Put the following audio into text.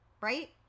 right